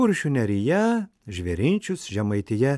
kuršių nerija žvėrinčius žemaitija